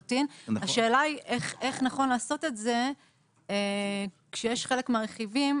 השאלה היא איך נכון לעשות את זה כשיש חלק מהרכיבים